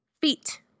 feet